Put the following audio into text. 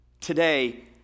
Today